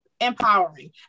empowering